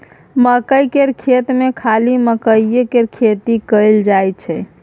मकई केर खेत मे खाली मकईए केर खेती कएल जाई छै